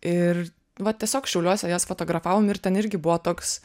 ir vat tiesiog šiauliuose jas fotografavom ir ten irgi buvo toks